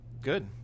Good